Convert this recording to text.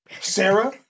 Sarah